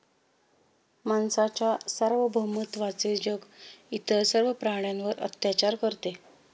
माणसाच्या सार्वभौमत्वाचे जग इतर सर्व प्राण्यांवर अत्याचार करते